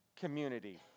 community